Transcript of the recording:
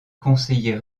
conseiller